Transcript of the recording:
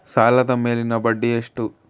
ಸಾಲದ ಮೇಲಿನ ಬಡ್ಡಿ ಎಷ್ಟು?